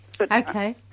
Okay